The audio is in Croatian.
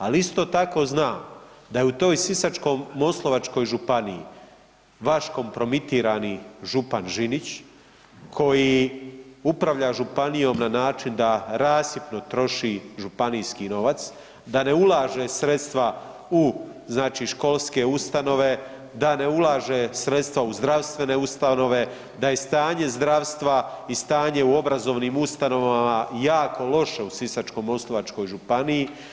Al isto tako znam da je u toj Sisačko-moslavačkoj županiji vaš kompromitirani župan Žinić koji upravlja županijom na način da rasipno troši županijski novac, da ne ulaže sredstva u znači školske ustanove, da ne ulaže sredstva u zdravstvene ustanove, da je stanje zdravstva i stanje u obrazovnim ustanovama jako loše u Sisačko-moslavačkoj županiji.